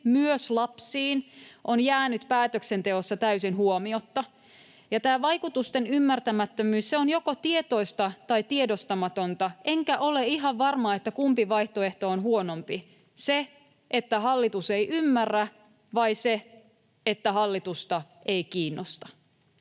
myös lapsiin, on jäänyt päätöksenteossa täysin huomiotta. Ja tämä vaikutusten ymmärtämättömyys on joko tietoista tai tiedostamatonta, enkä ole ihan varma, kumpi vaihtoehto on huonompi: se, että hallitus ei ymmärrä, vai se, että hallitusta ei kiinnosta.